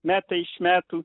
metai iš metų